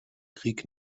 krieg